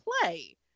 play